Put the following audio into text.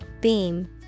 Beam